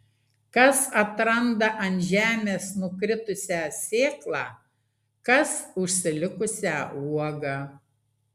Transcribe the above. kas atranda ant žemės nukritusią sėklą kas užsilikusią uogą